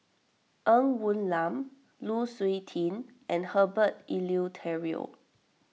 Ng Woon Lam Lu Suitin and Herbert Eleuterio